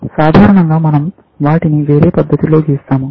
సాధారణంగా మనం వాటిని వేరే పద్ధతిలో గీస్తాము